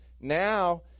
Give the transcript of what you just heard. now